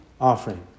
offering